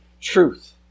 truth